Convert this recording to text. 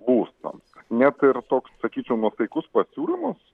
būstams net ir toks sakyčiau nuosaikus pasiūlymas